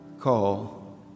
call